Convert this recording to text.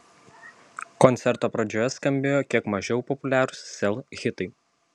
koncerto pradžioje skambėjo kiek mažiau populiarūs sel hitai